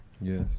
yes